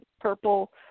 purple